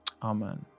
Amen